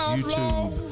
YouTube